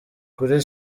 kuri